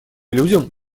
людям